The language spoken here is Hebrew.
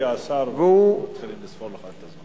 הגיע השר, מתחילים לספור לך את הזמן.